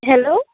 hello